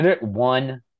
One